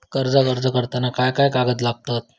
कर्जाक अर्ज करताना काय काय कागद लागतत?